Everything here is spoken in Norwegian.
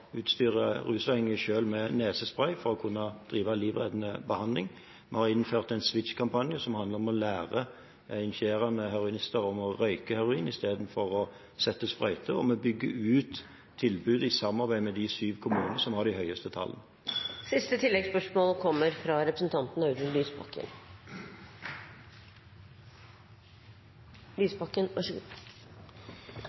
med nesespray for at de selv kan drive livreddende behandling. Vi har innført en SWITCH-kampanje, som handler om å lære injiserende heroinister å røyke heroin istedenfor å sette sprøyter, og vi bygger ut tilbud i samarbeid med de syv kommunene som har de høyeste